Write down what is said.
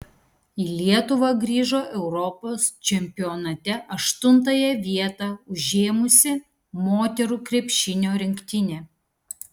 į lietuvą grįžo europos čempionate aštuntąją vietą užėmusi moterų krepšinio rinktinė